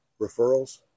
referrals